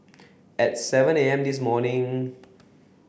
at seven A M this morning